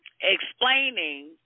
explaining